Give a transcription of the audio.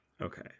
Okay